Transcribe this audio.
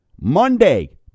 Monday